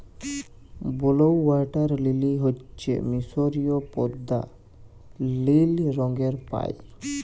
blue water lily হচ্যে মিসরীয় পদ্দা লিল রঙের পায়